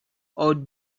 old